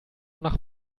nach